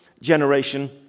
generation